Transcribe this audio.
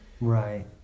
Right